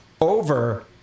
over